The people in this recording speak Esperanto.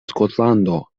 skotlando